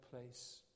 place